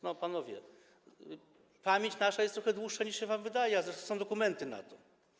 No, panowie, pamięć nasza jest trochę dłuższa niż się wam wydaje, a zresztą są dokumenty na to.